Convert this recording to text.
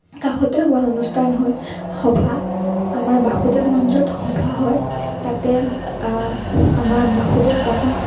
কাষতে হোৱা অনুষ্ঠান হ'ল সভা আমাৰ বাসুদেৱ মন্দিৰত সভা হয় তাতে আমাৰ বাসুদেৱ বাবা